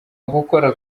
ugukora